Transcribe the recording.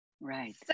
Right